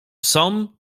psom